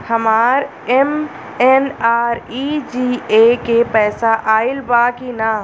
हमार एम.एन.आर.ई.जी.ए के पैसा आइल बा कि ना?